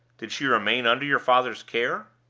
did she remain under your father's care?